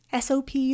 SOPs